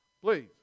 Please